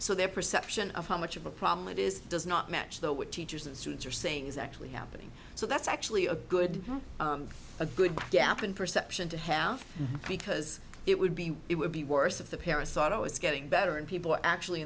so their perception of how much of a problem it is does not match though with teachers and students are saying is actually happening so that's actually a good a good gap in perception to have because it would be it would be worse if the parents thought oh it's getting better and people actually